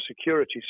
security